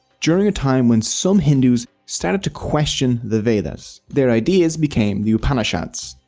during a time when some hindus started to question the vedas. their ideas became the upanishads.